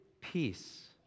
peace